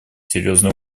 серьезной